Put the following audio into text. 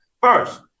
First